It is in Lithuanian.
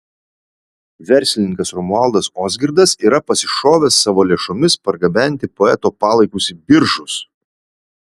verslininkas romualdas ozgirdas yra pasišovęs savo lėšomis pargabenti poeto palaikus į biržus